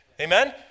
Amen